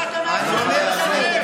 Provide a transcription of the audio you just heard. הוא משווה אותנו לנאצים.